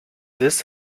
this